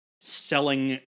selling